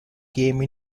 game